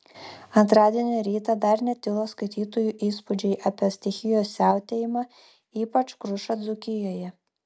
antradienio rytą dar netilo skaitytojų įspūdžiai apie stichijos siautėjimą ypač krušą dzūkijoje